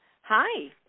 Hi